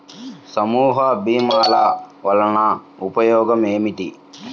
సమూహ భీమాల వలన ఉపయోగం ఏమిటీ?